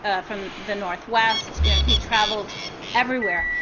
ah from the northwest. you know, he travelled everywhere.